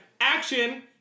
action